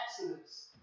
Exodus